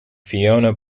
fiona